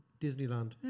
Disneyland